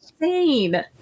Insane